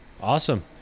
Awesome